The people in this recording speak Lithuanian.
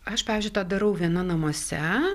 aš pavyzdžiui tą darau viena namuose